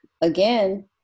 again